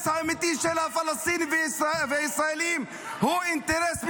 האמיתי של הפלסטינים והישראלים הוא אינטרס משותף,